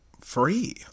free